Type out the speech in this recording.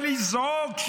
ולזעוק,